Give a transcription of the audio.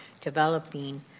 developing